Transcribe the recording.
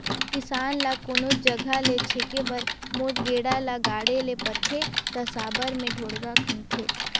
किसान ल कोनोच जगहा ल छेके बर मोट गेड़ा ल गाड़े ले परथे ता साबर मे ढोड़गा खनथे